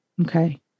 Okay